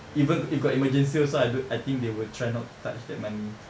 even if got emergency also I don't I think they will try not to touch that money